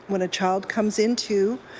when a child comes into